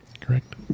Correct